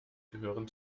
gehören